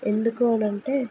ఎందుకు అని అంటే